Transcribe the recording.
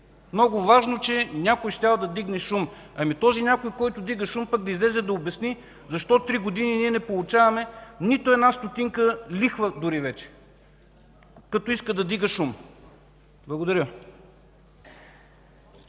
Много важно е, че някой щял да вдигне шум. Ами, този някой, който вдига шум, пък да излезе да обясни защо три години ние не получаваме вече нито една стотинка лихва, като иска да вдига шум. Благодаря.